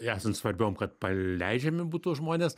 esant svarbiom kad paleidžiami būtų žmonės